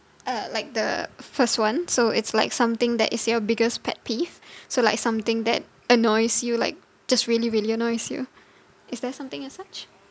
uh like the first one so it's like something that is your biggest pet peeve so like something that annoys you like just really really annoys you is there something as such